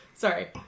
Sorry